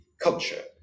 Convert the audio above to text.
culture